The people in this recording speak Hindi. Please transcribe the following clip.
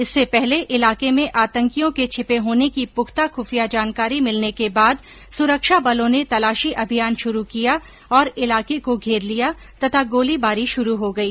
इससे पहले इलाके में आतंकियों के छिर्प होने की पुख्ता खुफिया जानकारी मिलने के बाद सुरक्षा बलों ने तलाशी अभियान शुरु किया और इलाके को धेर लिया तथा गोलीबारी शुरु हो गई